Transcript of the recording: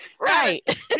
right